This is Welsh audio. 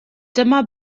dyma